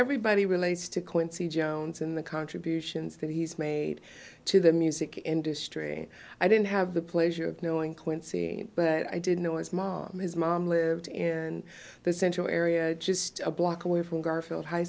everybody relates to quincy jones and the contributions that he's made to the music industry i didn't have the pleasure of knowing quincy but i didn't know his mom his mom lived in the central area just a block away from garfield high